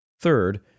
Third